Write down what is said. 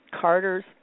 Carter's